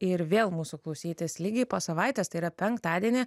ir vėl mūsų klausytis lygiai po savaitės tai yra penktadienį